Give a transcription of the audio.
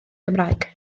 gymraeg